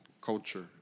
culture